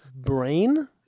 brain